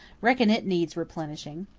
reckon it needs replenishing.